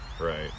Right